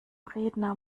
redner